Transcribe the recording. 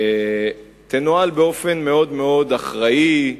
תנוהל באופן מאוד אחראי,